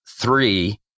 three